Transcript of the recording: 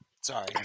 Sorry